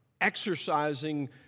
Exercising